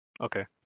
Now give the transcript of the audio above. Okay